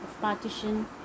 partition